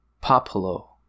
Popolo